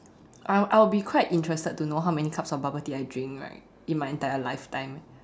I'll I'll be quite interested to know how many cups of bubble tea I drink right in my entire lifetime eh